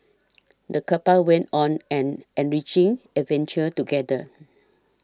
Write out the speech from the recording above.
the couple went on an enriching adventure together